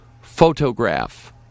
Photograph